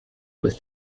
was